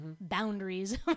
boundaries